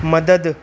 मदद